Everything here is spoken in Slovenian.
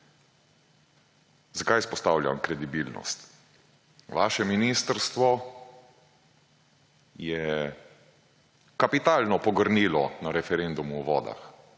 Zakaj izpostavljam kredibilnost? Vaše ministrstvo je kapitalno pogrnilo na referendumu o vodah.